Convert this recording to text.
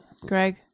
Greg